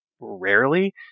rarely